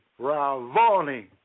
Ravoni